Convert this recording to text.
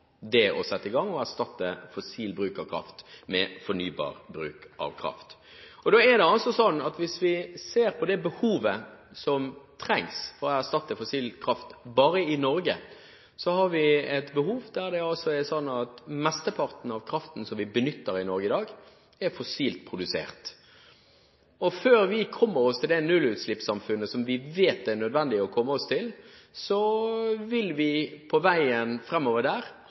det å sette i gang og erstatte fossil bruk av kraft med fornybar bruk av kraft. Vi har et behov for å erstatte fossil kraft bare i Norge, fordi mesteparten av kraften som vi benytter i Norge i dag, er fossilt produsert. Før vi kommer oss til det nullutslippssamfunnet som vi vet det er nødvendig å komme seg til, vil vi på veien framover